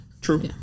True